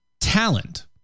talent